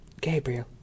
Gabriel